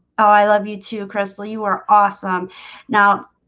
oh i love you to crystal. you are awesome now